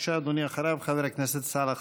חבר הכנסת ג'מעה אזברגה, בבקשה, אדוני.